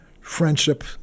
friendship